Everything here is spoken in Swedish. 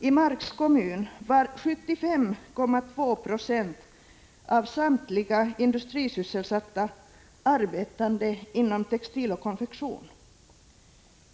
I Marks kommun arbetade 75,2 96 av samtliga industrisysselsatta inom textil och konfektion.